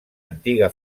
antiga